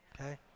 okay